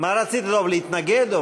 מה רצית, דב, להתנגד?